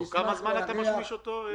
תוך כמה זמן אתה משמיש אותו?